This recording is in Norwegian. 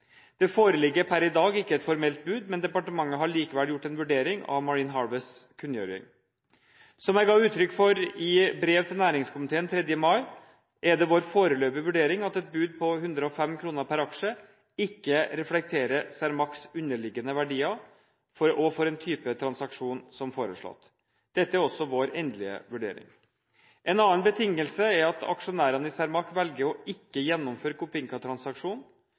Det foreligger per i dag ikke et formelt bud, men departementet har likevel gjort en vurdering av Marine Harvests kunngjøring. Som jeg ga utrykk for i brev til næringskomiteen 3. mai, er det vår foreløpige vurdering at et bud på 105 kr per aksje ikke reflekterer Cermaqs underliggende verdier og for en type transaksjon som foreslått. Dette er også vår endelige vurdering. En annen betingelse er at aksjonærene i Cermaq velger å ikke gjennomføre